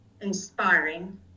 inspiring